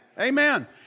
Amen